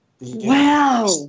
Wow